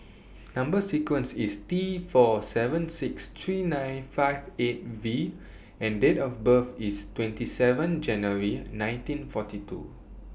Number sequence IS T four seven six three nine five eight V and Date of birth IS twenty seven January nineteen forty two